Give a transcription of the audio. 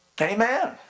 amen